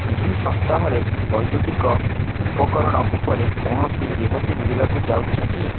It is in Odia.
ଏହି ସପ୍ତାହରେ ବୈଦ୍ୟୁତିକ ଉପକରଣ ଉପରେ କୌଣସି ରିହାତି ମିଳିବାକୁ ଯାଉଛି କି